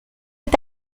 est